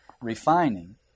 refining